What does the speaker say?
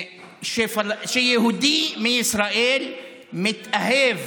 כשיהודי מישראל מתאהב